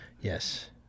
Yes